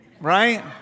right